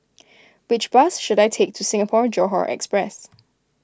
which bus should I take to Singapore Johore Express